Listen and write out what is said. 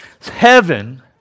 Heaven